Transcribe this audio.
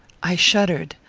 i shuddered.